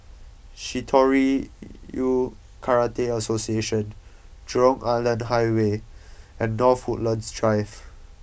Shitoryu Karate Association Jurong Island Highway and North Woodlands Drive